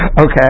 Okay